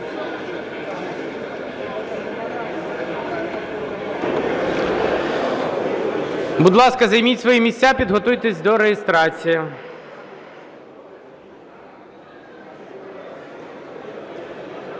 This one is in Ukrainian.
Будь ласка, займіть свої місця, підготуйтесь до голосування.